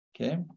Okay